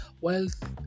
wealth